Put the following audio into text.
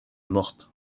morte